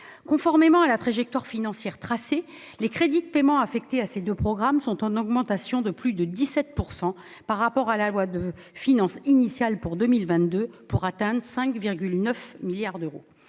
Conformément à la trajectoire financière tracée, les crédits de paiement affectés à ces deux programmes sont en augmentation de plus de 17 % par rapport à la loi du 30 décembre 2021 de finances pour 2022 et atteignent 5,9 milliards d'euros.